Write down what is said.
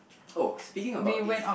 oh speaking about this